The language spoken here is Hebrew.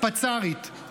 פצ"רית,